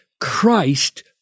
Christ